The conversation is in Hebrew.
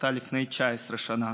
שקרתה לפני 19 שנה.